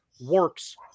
works